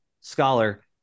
scholar